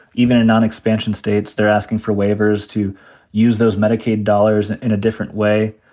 even in non-expansion states they're asking for waivers to use those medicaid dollars and in a different way,